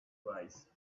rice